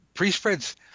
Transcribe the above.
Pre-spreads